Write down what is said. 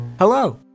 Hello